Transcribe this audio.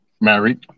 Married